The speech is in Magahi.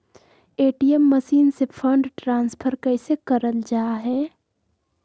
ए.टी.एम मसीन से फंड ट्रांसफर कैसे करल जा है?